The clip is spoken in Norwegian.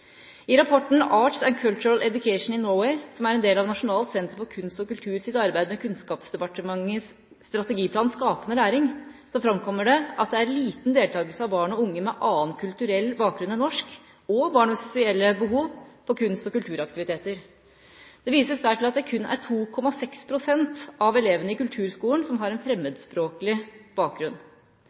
I rapporten «Arts and Cultural Education in Norway», som er en del av Nasjonalt senter for kunst og kultur i opplæringen sitt arbeid med Kunnskapsdepartementets strategiplan Skapende Læring, framkommer det at det er liten deltakelse av barn og unge med annen kulturell bakgrunn enn norsk og barn med spesielle behov i kunst- og kulturaktiviteter. Det vises der til at det kun er 2,6 pst. av elevene i kulturskolen som har fremmedspråklig bakgrunn.